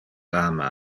ama